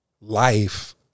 life